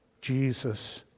Jesus